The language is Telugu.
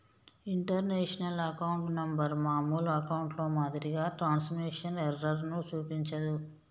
ఇంటర్నేషనల్ అకౌంట్ నెంబర్ మామూలు అకౌంట్లో మాదిరిగా ట్రాన్స్మిషన్ ఎర్రర్ ను చూపించదు